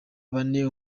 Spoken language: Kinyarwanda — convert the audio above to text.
bane